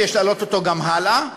ויש להעלות אותו גם הלאה.